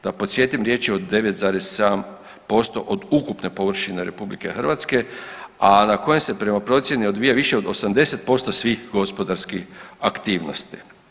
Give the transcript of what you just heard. Da posjetim riječ je o 9,7% od ukupne površine RH, a na kojem se prema procijeni odvija više od 80% svih gospodarskih aktivnosti.